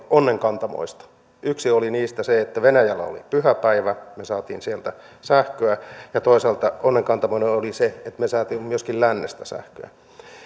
onnenkantamoista yksi oli niistä se että venäjällä oli pyhäpäivä me saimme sieltä sähköä ja toisaalta onnenkantamoinen oli se että me saimme myöskin lännestä sähköä